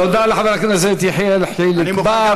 תודה לחבר הכנסת יחיאל חיליק בר.